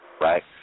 right